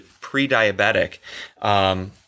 pre-diabetic